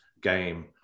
game